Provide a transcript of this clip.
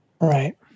Right